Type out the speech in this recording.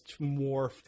morphed